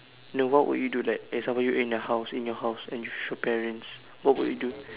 no what would you do like and some more you in a house in your house and with your parents what would you do